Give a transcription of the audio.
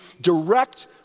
direct